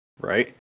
Right